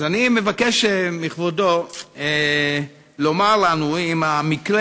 אז אני מבקש מכבודו לומר לנו האם המקרה